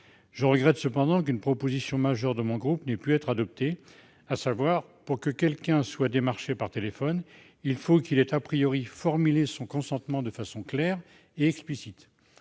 Je regrette cependant qu'une proposition majeure de mon groupe n'ait pu être adoptée. Elle prévoyait que, « pour que quelqu'un soit démarché par téléphone, il faut qu'il ait formulé son consentement de façon claire et explicite